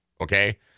Okay